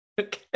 Okay